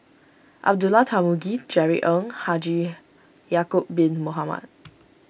Abdullah Tarmugi Jerry Ng Haji Ya'Acob Bin Mohamed